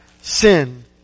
sin